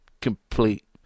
complete